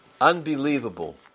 Unbelievable